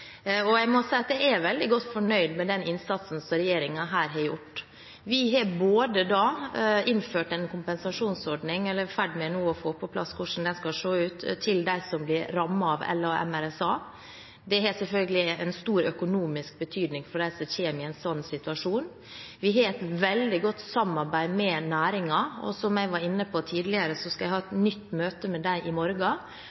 Jeg må si at jeg er veldig godt fornøyd med den innsatsen som regjeringen her har gjort. Vi er i ferd med å få på plass hvordan en kompensasjonsordning skal se ut for dem som blir rammet av LA-MRSA. Det har selvfølgelig en stor økonomisk betydning for dem som kommer i en sånn situasjon. Vi har et veldig godt samarbeid med næringen, og som jeg var inne på tidligere, skal jeg ha et nytt møte med dem i morgen